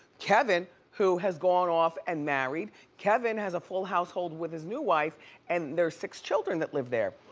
kevin who has gone off and married. kevin has a full household with his new wife and their six children that live there.